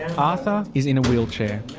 arthur is in a wheelchair.